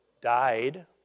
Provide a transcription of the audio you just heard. died